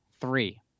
three